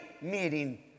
meeting